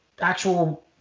actual –